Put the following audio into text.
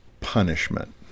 punishment